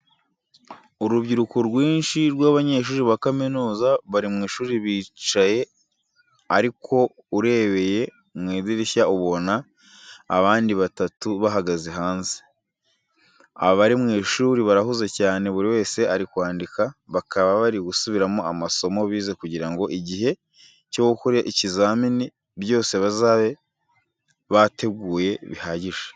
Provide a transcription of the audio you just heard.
Urubyiruko rwinshi rw'abanyeshuri ba kaminuza bari mu ishuri bicaye ariko urebeye mu idirishya ubona abandi batatu bahagaze hanze. Abari mu ishuri barahuze cyane, buri wese ari kwandika, bakaba bari gusubiramo amasomo bize kugira ngo igihe cyo gukora ikizami byose bazabe biteguye bihagije.